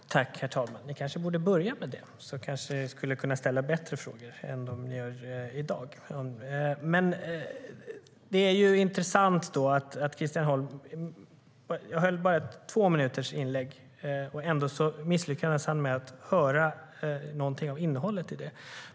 STYLEREF Kantrubrik \* MERGEFORMAT ArbetsmarknadspolitikJag hade en tvåminutersreplik. Ändå misslyckades Christian Holm med att höra något av innehållet i det.